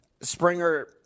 Springer